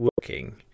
working